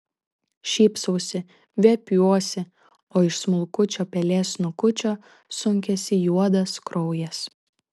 šypsausi viepiuosi o iš smulkučio pelės snukučio sunkiasi juodas kraujas